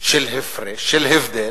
של הפרש, של הבדל,